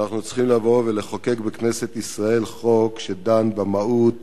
שאנחנו צריכים לבוא ולחוקק בכנסת ישראל חוק שדן במהות